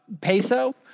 peso